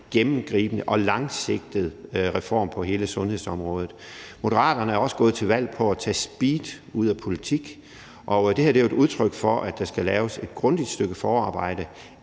gennemgribende og langsigtet reform på hele sundhedsområdet. Moderaterne er også gået til valg på at tage speed ud af politik, og det her er jo et udtryk for, at der skal laves et grundigt stykke forarbejde,